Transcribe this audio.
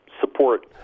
support